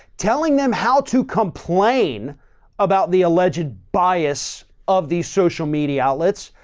telling them how to complain about the alleged bias of these social media outlets,